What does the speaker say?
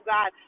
God